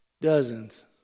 Dozens